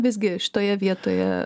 visgi šitoje vietoje